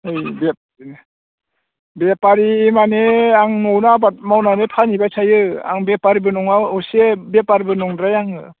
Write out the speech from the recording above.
ओइ बेपारि माने आं न'आवनो आबाद मावनानै फानहैबाय थायो आं बेपारिबो नङा असे बेपारिबो नंद्राया आङो